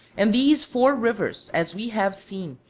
and these four rivers, as we have seen,